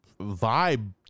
vibe